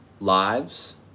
Lives